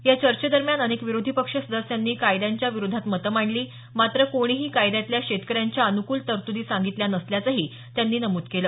या चर्चेदरम्यान अनेक विरोधी पक्ष सदस्यांनी कायद्यांच्या विरोधात मतं मांडली मात्र कोणीही कायद्यातल्या शेतकऱ्यांच्या अनुकूल तरतुदी सांगितल्या नसल्याचंही त्यांनी नमूद केलं